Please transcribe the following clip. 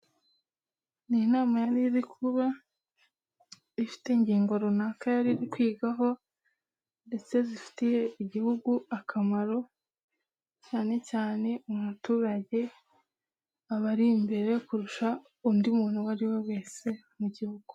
Ni inama yariri kuba ifite ingingo runaka yari kwigagwaho ndetse zifitiye igihugu akamaro cyane cyane umuturage abari imbere kurusha undi muntu uwo ari we wese mu gihugu.